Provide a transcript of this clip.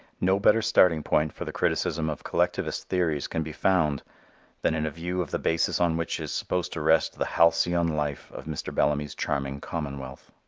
no better starting point for the criticism of collectivist theories can be found than in a view of the basis on which is supposed to rest the halcyon life of mr. bellamy's charming commonwealth.